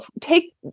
take